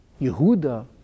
Yehuda